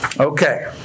Okay